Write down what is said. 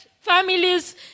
families